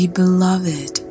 beloved